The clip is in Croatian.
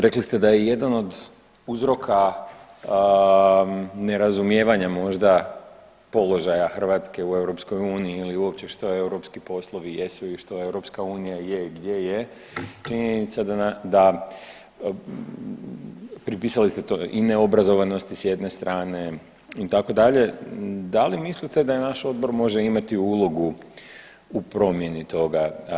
Rekli ste da je jedan od uzroka nerazumijevanja možda položaja Hrvatske u EU ili uopće što europski poslovi jesu ili što EU je i gdje je činjenica da, pripisali ste to i neobrazovanosti s jedne strane itd., da li mislite da i naš odbor može imati ulogu u promjeni toga.